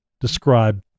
describe